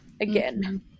again